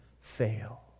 fail